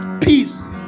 peace